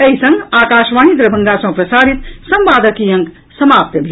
एहि संग आकाशवाणी दरभंगा सँ प्रसारित संवादक ई अंक समाप्त भेल